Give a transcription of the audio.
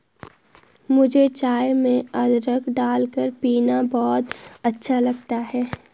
मुझे चाय में अदरक डालकर पीना बहुत अच्छा लगता है